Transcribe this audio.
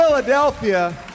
Philadelphia